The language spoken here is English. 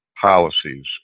policies